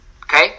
Okay